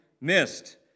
missed